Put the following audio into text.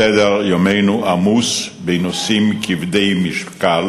סדר-יומנו עמוס בנושאים כבדי משקל